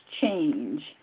change